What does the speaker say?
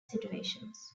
situations